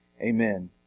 Amen